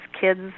kids